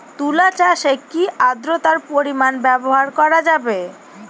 তুলা চাষে কি আদ্রর্তার পরিমাণ ব্যবহার করা যাবে?